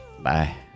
Bye